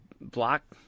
block